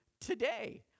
today